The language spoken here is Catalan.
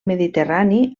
mediterrani